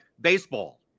baseball